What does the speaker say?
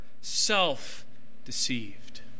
self-deceived